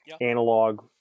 analog